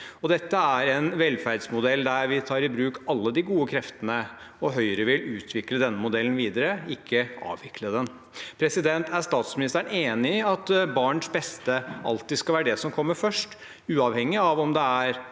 Dette er en velferdsmodell der vi tar i bruk alle de gode kreftene. Høyre vil utvikle denne modellen videre, ikke avvikle den. Er statsministeren enig i at barns beste alltid skal være det som kommer først, uavhengig av om det er